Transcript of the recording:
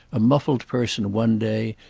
a muffled person one day,